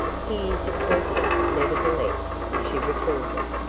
he is a courtier, nevertheless, she retorted.